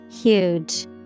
Huge